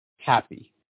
happy